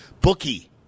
Bookie